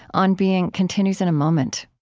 on being continues in a moment